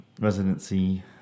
residency